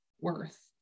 worth